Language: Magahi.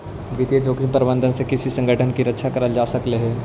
वित्तीय जोखिम प्रबंधन से किसी संगठन की रक्षा करल जा सकलई हे